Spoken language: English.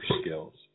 skills